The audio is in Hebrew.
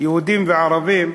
יהודים וערבים,